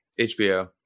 HBO